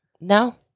No